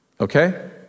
Okay